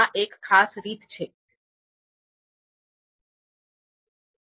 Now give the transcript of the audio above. આપણે પસંદગીની સમસ્યાઓથી પ્રારંભ કરીશું